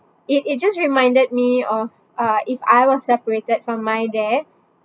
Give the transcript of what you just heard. it it just reminded me of uh if I was separated from my dad